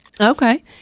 Okay